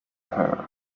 her